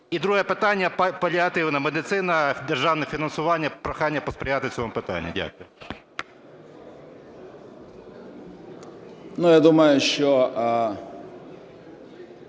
І друге питання – паліативна медицина, державне фінансування. Прохання посприяти в цьому питанні. Дякую.